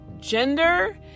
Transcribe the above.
gender